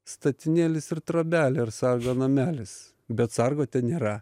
statinėlis ir trobelė ar sargo namelis bet sargo ten nėra